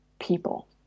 people